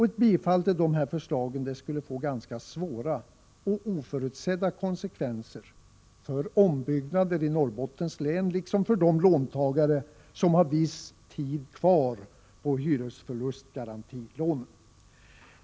Ett bifall till dessa förslag skulle få ganska svåra och oförutsedda konsekvenser för ombyggnader i Norrbottens län liksom för de låntagare som har viss tid kvar på hyresförlustgarantilånen.